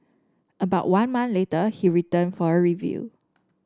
about one month later he returned for a review